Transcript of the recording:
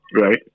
Right